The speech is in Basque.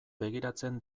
begiratzen